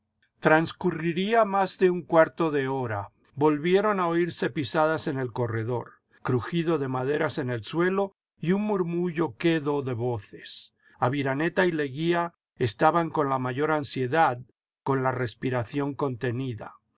transcurriría más de un cuarto de hora volvieron a oirse pisadas en el corredor crujido de maderas en el suelo y un murmullo quedo de voces aviraneta y leguía estaban con la mayor ansiedad con la respiración contenida